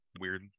Weird